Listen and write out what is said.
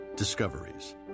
discoveries